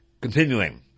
Continuing